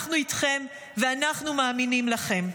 אנחנו איתכם, ואנחנו מאמינים לכם.